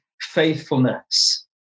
faithfulness